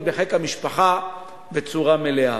את האפשרות להיות בחיק המשפחה בצורה מלאה.